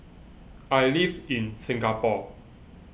I live in Singapore